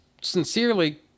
sincerely